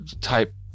type